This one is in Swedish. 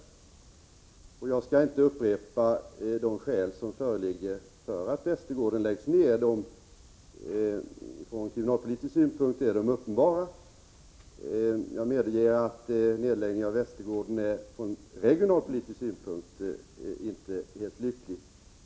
Jag skall inte upprepa de skäl som föreligger för att Västergården läggs ned. Från kriminalvårdspolitisk synpunkt är de uppenbara. Jag medger att nedläggningen av Västergården ur regionalpolitisk synvinkel inte är helt lycklig.